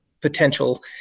potential